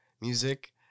music